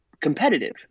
Competitive